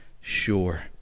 sure